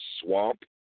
Swamp